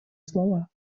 слова